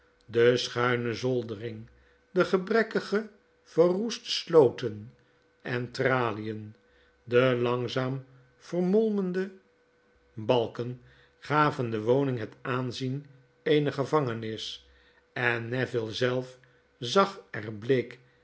de schuine zoldering de geb'rekkige verroeste slot en en tr alien de langzaam vermolmende balken gaven de woning het aanzien eener gevangenis en neville zelf zag er bleek